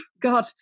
god